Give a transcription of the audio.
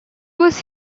was